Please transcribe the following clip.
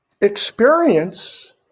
experience